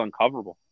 uncoverable